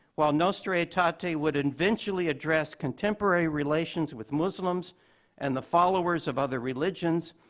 while nostra aetate would eventually address contemporary relations with muslims and the followers of other religions,